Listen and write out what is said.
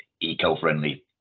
eco-friendly